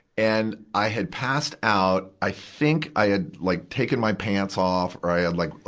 and i had passed out. i think i had like taken my pants off, or i had like,